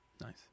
Nice